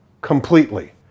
completely